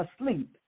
asleep